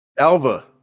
Alva